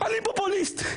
אני פופוליסט?